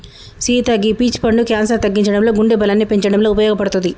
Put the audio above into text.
సీత గీ పీచ్ పండు క్యాన్సర్ తగ్గించడంలో గుండె బలాన్ని పెంచటంలో ఉపయోపడుతది